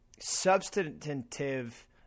substantive